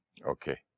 Okay